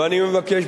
ואני מבקש,